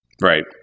Right